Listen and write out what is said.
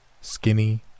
Skinny